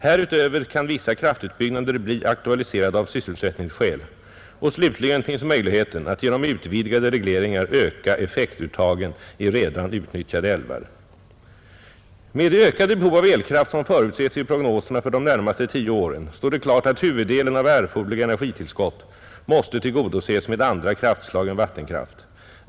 Härutöver kan vissa kraftutbyggnader bli aktualiserade av sysselsättningsskäl, och slutligen finns möjligheten att genom utvidgade regleringar öka effektuttagen i redan utnyttjade älvar. Med det ökade behov av elkraft som förutses i prognoserna för de närmaste tio åren står det klart att huvuddelen av erforderliga energitillskott måste tillgodoses med andra kraftslag än vattenkraft.